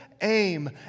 aim